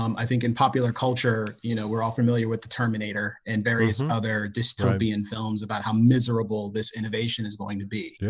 um i think in popular culture, you know, we're all familiar with the terminator and various and other dystopian films about how miserable this innovation is going to be yeah